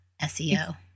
SEO